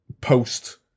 post